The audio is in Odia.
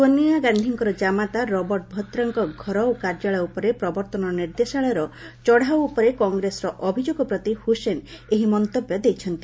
ସୋନିଆଗାନ୍ଧୀଙ୍କ ଜାମାତା ରବର୍ଟ ଭଦ୍ରାଙ୍କ ଘର ଓ କାର୍ଯ୍ୟାଳୟ ଉପରେ ପ୍ରବର୍ତ୍ତନ ନିର୍ଦ୍ଦେଶାଳୟର ଚଢଉ ଉପରେ କଂଗ୍ରେସର ଅଭିଯୋଗ ପ୍ରତି ହୁସେନ ଏହି ମନ୍ତବ୍ୟ ଦେଇଛନ୍ତି